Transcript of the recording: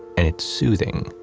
and it's soothing.